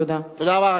תודה רבה.